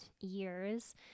years